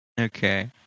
Okay